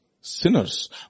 sinners